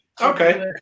Okay